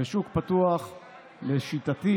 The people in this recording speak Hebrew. ושוק פתוח לשיטתי,